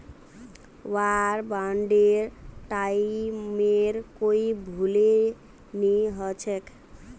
वार बांडेर टाइमेर कोई भेलू नी हछेक